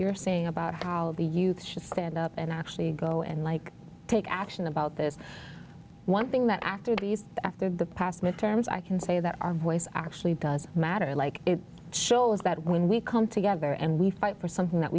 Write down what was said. you're saying about how the youth should stand up and actually go and like take action about this one thing that after these after the past midterms i can say that our voice actually does matter like it shows that when we come together and we fight for something that